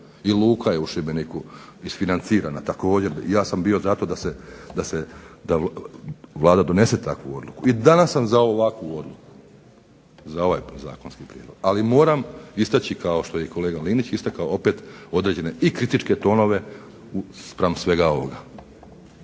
i luka je u Šibeniku isfinancirana također, ja sam bio za to da se, da Vlada donese takvu odluku. I danas sam za ovakvu odluku, za ovaj zakonski prijedlog, ali moram istaći, kao što je i kolega Linić istakao, opet određene i kritičke tonove spram svega ovoga.